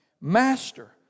Master